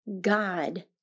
God